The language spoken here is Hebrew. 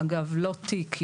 אגב לא תיק,